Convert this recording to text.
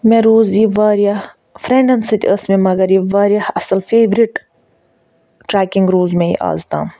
مےٚ روٗز یہِ واریاہ فرٛیٚنٛڈَن سۭتۍ ٲسۍ مےٚ مَگر یہِ واریاہ اصٕل یہِ فیورِٹ ٹرٛیکِنٛگ روٗز مےٚ یہِ آز تام